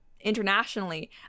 internationally